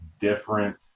different